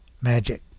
magic